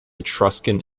etruscan